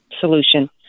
solution